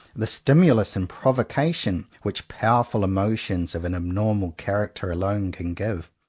the stimulus and provocation, which powerful emotions of an abnormal character alone can give?